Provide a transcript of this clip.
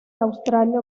australia